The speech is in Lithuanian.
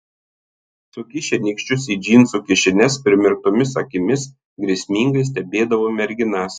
sukišę nykščius į džinsų kišenes primerktomis akimis grėsmingai stebėdavo merginas